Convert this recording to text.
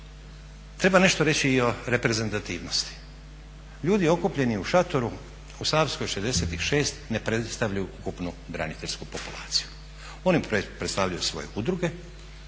treba nešto reći i o reprezentativnosti. Ljudi okupljeni u šatoru u Savskoj 66 ne predstavljaju ukupnu braniteljsku populaciju. Oni predstavljaju svoje udruge,